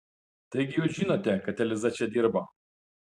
taigi jūs žinote kad eliza čia dirbo